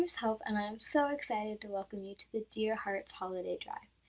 hope and i am so excited to welcome you to the dear hearts holiday drive.